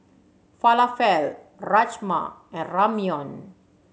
Falafel Rajma and Ramyeon